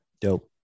dope